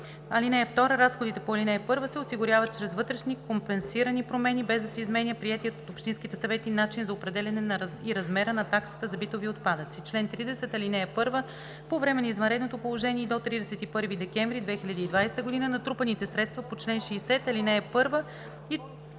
(2) Разходите по ал. 1 се осигуряват чрез вътрешни компенсирани промени, без да се изменя приетият от общинските съвети начин на определяне и размера на таксата за битови отпадъци. Чл. 30. (1) По време на извънредното положение и до 31 декември 2020 г. натрупаните средства по чл. 60, ал. 1 и